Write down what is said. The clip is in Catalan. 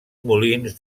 molins